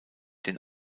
den